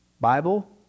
Bible